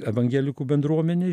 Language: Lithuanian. evangelikų bendruomenė